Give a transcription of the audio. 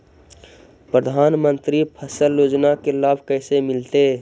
प्रधानमंत्री फसल योजना के लाभ कैसे मिलतै?